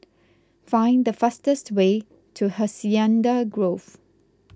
find the fastest way to Hacienda Grove